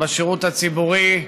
בשירות הציבורי,